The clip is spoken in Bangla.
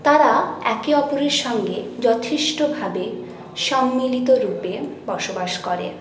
তারা একে অপরের সঙ্গে যথেষ্টভাবে সম্মিলিতরূপে বসবাস করে